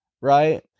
Right